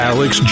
Alex